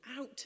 Out